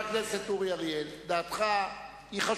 חבר הכנסת אורי אריאל, דעתך חשובה.